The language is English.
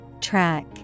Track